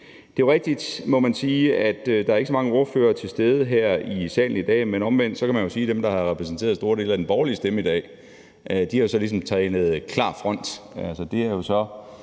må man sige, at der ikke er så mange ordførere til stede her i salen i dag. Men omvendt kan man jo sige, at dem, der har repræsenteret store dele af den borgerlige stemme i dag, så ligesom har tegnet en klar front.